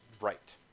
Right